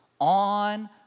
on